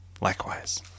likewise